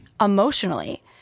emotionally